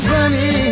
Sunny